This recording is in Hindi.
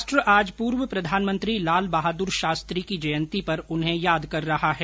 राष्ट्र आज पूर्व प्रधानमंत्री लाल बहादुर शास्त्री की जयंती पर उन्हें याद कर रहा है